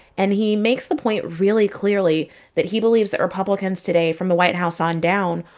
and he makes the point really clearly that he believes that republicans today, from the white house on down,